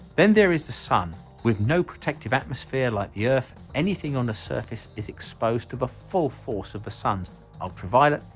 then there is the sun with no protective atmosphere like the yeah earth anything on the surface is exposed to the full force of the sun's ultraviolet,